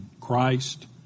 Christ